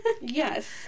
Yes